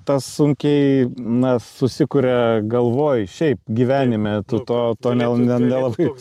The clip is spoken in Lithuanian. tą sunkiai na susikuria galvoj šiaip gyvenime tu to to nel ne nelabai